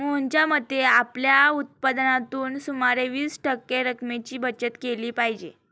मोहनच्या मते, आपल्या उत्पन्नातून सुमारे वीस टक्के रक्कमेची बचत केली पाहिजे